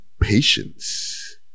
Patience